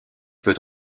peut